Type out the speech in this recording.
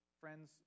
Friends